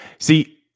See